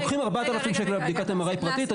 לוקחים 4,000 שקל על בדיקת MRI פרטית.